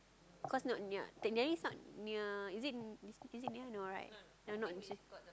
cause not near technically it's not near is it near no right no not